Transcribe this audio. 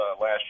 last